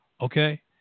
Okay